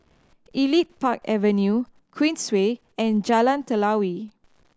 Elite Park Avenue Queensway and Jalan Telawi